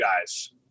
guys